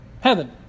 Heaven